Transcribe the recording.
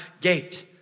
gate